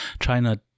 China